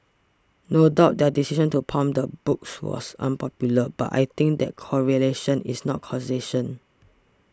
no doubt their decision to pulp the books was unpopular but I think that correlation is not causation